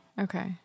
Okay